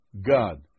God